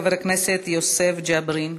חבר הכנסת יוסף ג'בארין.